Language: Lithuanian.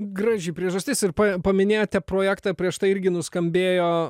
graži priežastis ir pa paminėjote projektą prieš tai irgi nuskambėjo